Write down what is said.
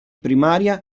primaria